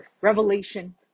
Revelation